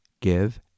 give